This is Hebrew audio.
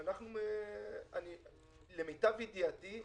למיטב ידיעתי,